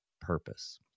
purpose